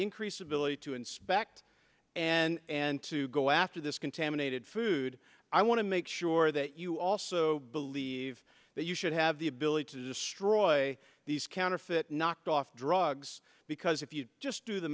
increased ability to inspect and to go after this contaminated food i want to make sure that you also believe that you should have the ability to destroy these counterfeit knocked off drugs because if you just do the